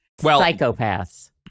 Psychopaths